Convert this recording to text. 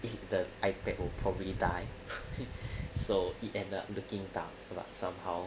is it the ipad oh probably die so eat and the kingdom but somehow